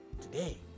today